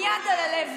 עם יד על הלב,